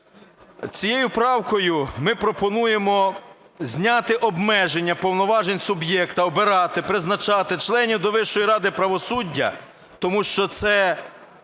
Цією правкою ми пропонуємо зняти обмеження повноважень суб'єкта обирати призначати членів до Вищої ради правосуддя, тому що це